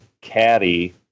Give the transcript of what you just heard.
caddy